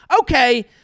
okay